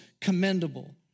commendable